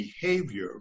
behavior